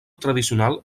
tradicional